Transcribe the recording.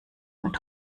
mit